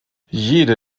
jede